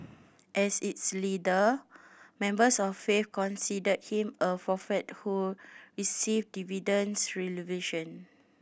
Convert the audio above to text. as its leader members of faith considered him a prophet who received